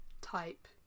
type